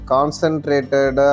Concentrated